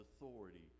authority